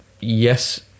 Yes